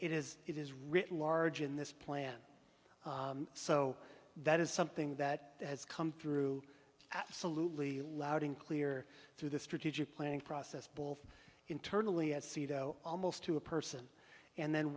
it is it is written large in this plan so that is something that has come through absolutely loud and clear through the strategic planning process both internally and c d o almost to a person and then